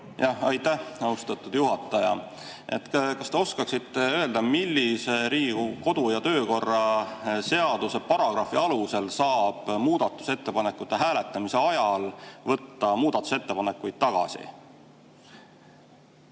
Aitäh, austatud juhataja! Kas te oskaksite öelda, millise Riigikogu kodu‑ ja töökorra seaduse paragrahvi alusel saab muudatusettepanekute hääletamise ajal võtta muudatusettepanekuid tagasi?